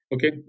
Okay